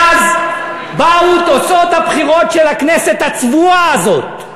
ואז באו תוצאות הבחירות של הכנסת הצבועה הזאת,